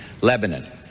Lebanon